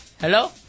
Hello